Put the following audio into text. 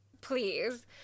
Please